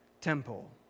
temple